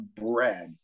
bread